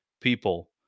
people